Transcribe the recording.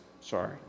Sorry